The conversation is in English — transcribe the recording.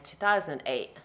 2008